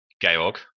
Georg